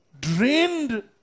drained